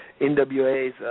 NWA's